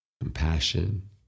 Compassion